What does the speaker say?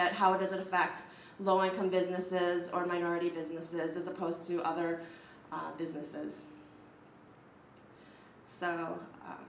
at how it is a fact lower income businesses are minority businesses as opposed to other businesses so